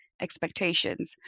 expectations